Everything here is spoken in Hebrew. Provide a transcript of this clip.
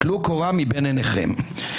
טלו קורה מבין עיניכם.